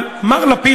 אבל מר לפיד,